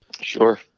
Sure